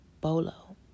Bolo